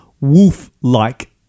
wolf-like